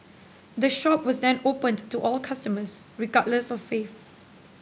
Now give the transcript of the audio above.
the shop was then opened to all customers regardless of faith